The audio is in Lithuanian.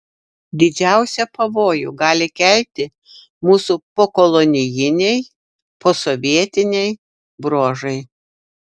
didžiausią pavojų gali kelti mūsų pokolonijiniai posovietiniai bruožai